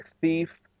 thief